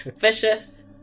Vicious